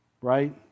right